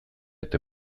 eta